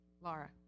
Laura